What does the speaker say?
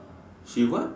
she what